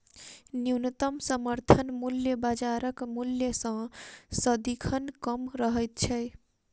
न्यूनतम समर्थन मूल्य बाजारक मूल्य सॅ सदिखन कम रहैत छै